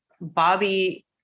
Bobby